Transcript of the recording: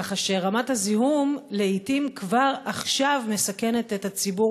כך שרמת הזיהום כבר עכשיו מסכנת לעתים את הציבור